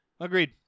Agreed